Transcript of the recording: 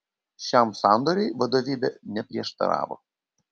šiam sandoriui vadovybė neprieštaravo